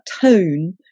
tone